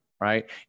right